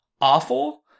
awful